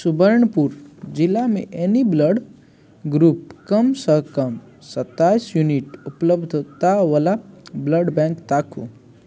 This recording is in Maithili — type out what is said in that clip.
सुबर्णपुर जिलामे एनी ब्लड ग्रुप कमसँ कम सताइस यूनिट उपलब्धतावला ब्लड बैँक ताकू